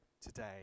today